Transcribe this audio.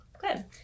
Good